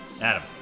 Adam